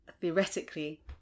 Theoretically